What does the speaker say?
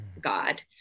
God